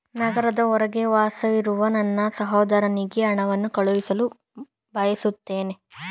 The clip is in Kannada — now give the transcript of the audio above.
ನಗರದ ಹೊರಗೆ ವಾಸಿಸುವ ನನ್ನ ಸಹೋದರನಿಗೆ ಹಣವನ್ನು ಕಳುಹಿಸಲು ಬಯಸುತ್ತೇನೆ